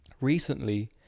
Recently